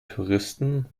touristen